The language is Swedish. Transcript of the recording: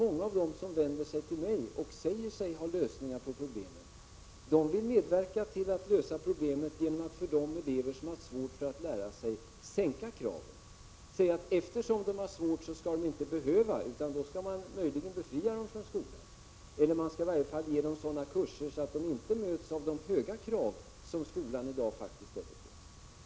Många av dem som vänder sig till mig och säger sig ha lösningar på problem vill medverka till att lösa problemen genom att sänka kraven för de elever som har svårt för att lära sig. De säger: Eftersom dessa elever har svårt för sig skall de inte behöva försöka, utan då skall man möjligen befria dem från skolan, eller i varje fall ge dem sådana kurser att de inte möts av de höga krav som skolan i dag faktiskt ställer.